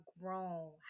grown